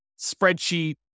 spreadsheet